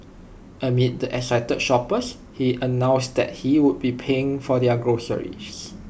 amid the excited shoppers he announced that he would be paying for their groceries